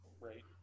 Right